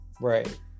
Right